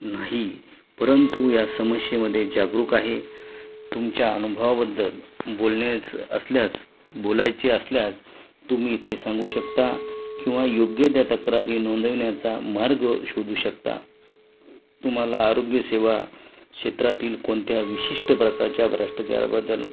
नाही परंतु या समस्येमध्ये जागरूक आहे तुमच्या अनुभवाबद्दल बोलन्याच असल्यास बोलायची असल्यास तुम्ही इथे सांगू शकता किंवा योग्य त्या तक्रारी नोंदवण्याचा मार्ग शोधू शकता तुम्हाला आरोग्यसेवा क्षेत्रातील कोणत्या विशिष्ट प्रकारच्या भ्रष्टाचाराबद्दल